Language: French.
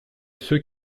ceux